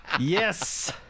Yes